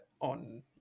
on